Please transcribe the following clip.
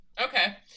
Okay